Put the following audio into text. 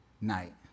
night